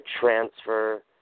transfer